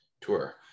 tour